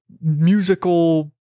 musical